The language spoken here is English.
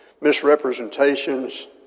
misrepresentations